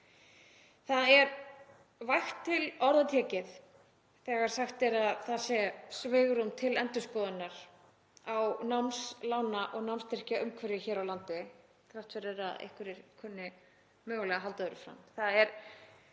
Það er vægt til orða tekið þegar sagt er að það sé svigrúm til endurskoðunar á námslána- og námsstyrkjaumhverfi hér á landi þrátt fyrir að einhverjir kunni mögulega að halda öðru fram.